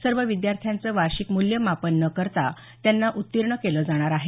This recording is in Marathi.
सर्व विद्यार्थ्यांचं वार्षिक मूल्यमापन न करता त्यांना उत्तीर्ण केलं जाणार आहे